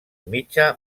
mitja